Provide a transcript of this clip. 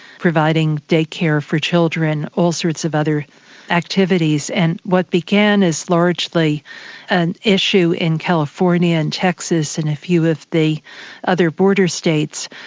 providing day-care for children, all sorts of other activities, and what began as largely an issue in california and texas and a few of the other border states,